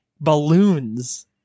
balloons